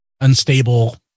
unstable